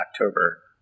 October